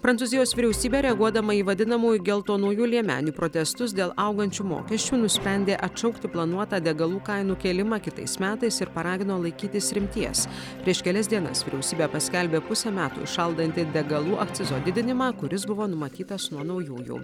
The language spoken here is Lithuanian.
prancūzijos vyriausybė reaguodama į vadinamųjų geltonųjų liemenių protestus dėl augančių mokesčių nusprendė atšaukti planuotą degalų kainų kėlimą kitais metais ir paragino laikytis rimties prieš kelias dienas vyriausybė paskelbė pusę metų įšaldanti degalų akcizo didinimą kuris buvo numatytas nuo naujųjų